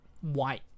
white